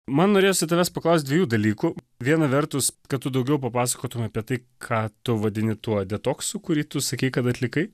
man norėjosi tavęs paklaust dviejų dalykų viena vertus kad tu daugiau papasakotum apie tai ką tu vadini tuo detoksu kurį tu sakei kad atlikai